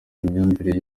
imyumvire